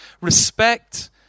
Respect